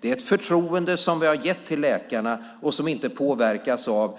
Det är ett förtroende som vi har gett till läkarna och som inte påverkas av